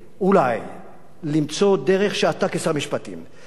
למצוא דרך שאתה כשר המשפטים תציב איזה רף,